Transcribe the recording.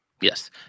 Yes